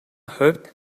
хувьд